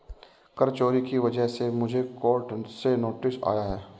कर चोरी की वजह से मुझे कोर्ट से नोटिस आया है